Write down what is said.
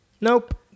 Nope